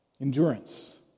Endurance